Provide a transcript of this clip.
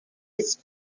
its